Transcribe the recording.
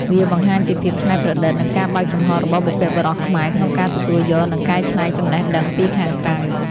វាបង្ហាញពីភាពច្នៃប្រឌិត និងការបើកចំហររបស់បុព្វបុរសខ្មែរក្នុងការទទួលយក និងកែច្នៃចំណេះដឹងពីខាងក្រៅ។